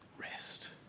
rest